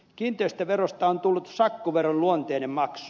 kiinteistöverosta on tullut sakkoveron luonteinen maksu